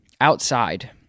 Outside